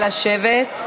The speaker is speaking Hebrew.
לשבת.